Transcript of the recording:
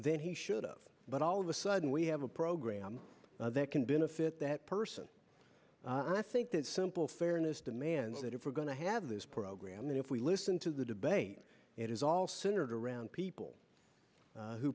than he should of but all of a sudden we have a program that can benefit that person and i think that simple fairness demands that if we're going to have this program if we listen to the debate it is all centered around people who